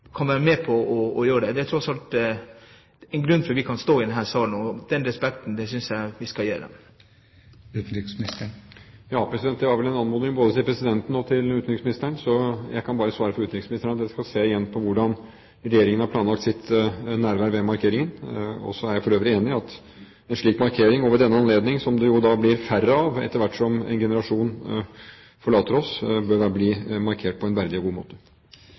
kan være med på dette. Det er tross alt en grunn for at vi kan stå i denne salen – og den respekten synes jeg vi skal gi dem. Det var vel en anmodning både til presidenten og til utenriksministeren. Jeg kan bare svare for utenriksministeren at jeg skal se igjen på hvordan Regjeringen har planlagt sitt nærvær ved markeringen. Så er jeg for øvrig enig i at en slik markering, og ved denne anledning, som det jo blir færre av etter hvert som en generasjon forlater oss, bør skje på en verdig og god måte.